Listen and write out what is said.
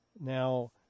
Now